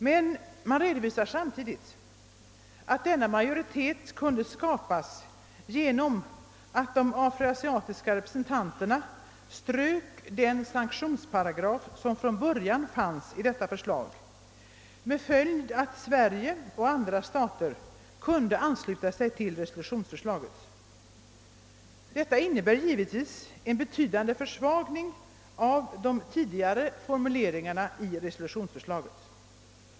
Men man redovisar samtidigt att denna majoritet kunde skapas genom att de afroasiatiska representanterna strök den sanktionsparagraf, som från början fanns i detta förslag, med följd att Sverige och andra stater kunde ansluta sig till resolutionsförslaget. Detta innebär givetvis en betydande försvagning av de tidigare formuleringarna i resolutionsförslaget.